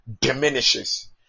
diminishes